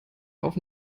auf